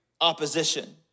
opposition